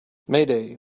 mayday